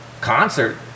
concert